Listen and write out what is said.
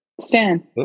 Stan